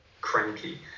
cranky